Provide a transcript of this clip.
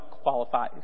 qualify